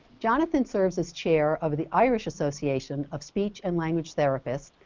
jonathan serves as chair over the irish association of speech and language therapists,